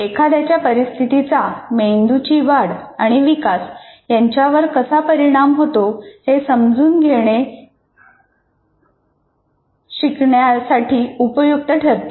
एखाद्याच्या परिस्थितीचा मेंदूची वाढ आणि विकास यांच्यावर कसा परिणाम होतो हे समजून घेणे शिकवणाऱ्याला उपयुक्त ठरते